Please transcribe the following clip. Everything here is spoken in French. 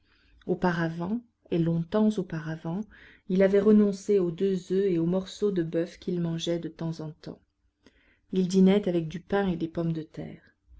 auparavant et longtemps auparavant il avait renoncé aux deux oeufs et au morceau de boeuf qu'il mangeait de temps en temps il dînait avec du pain et des pommes de terre